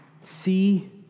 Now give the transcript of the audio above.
see